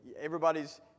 everybody's